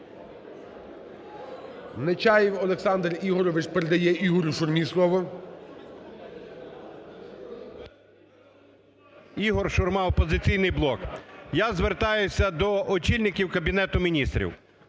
Нечаєв Олександр Ігоревич передає Ігорю Шурмі слово. 10:41:15 ШУРМА І.М. Ігор Шурма, "Опозиційний блок". Я звертаюся до очільників Кабінету Міністрів.